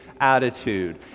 attitude